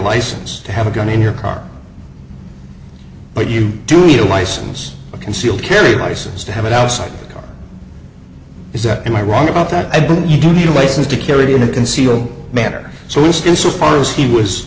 license to have a gun in your car but you do need a license a concealed carry license to have it outside the car is that and i wrong about that and you do need a license to carry a concealed manner so it's still so far as he was